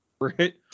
Right